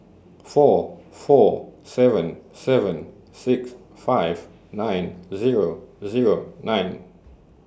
four four seven seven six five nine Zero Zero nine